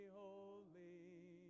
holy